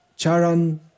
Charan